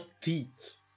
teeth